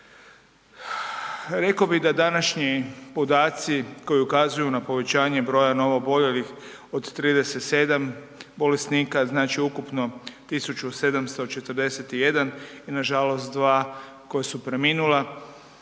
Rekao bi da današnji podaci koji ukazuju na povećanje broja novooboljelih od 37 bolesnika znači ukupno 1.741 i nažalost 2 koja su preminula,